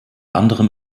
anderem